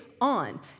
on